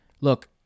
look